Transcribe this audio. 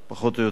פחות או יותר.